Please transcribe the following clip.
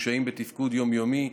קשיים בתפקוד היום-יומי,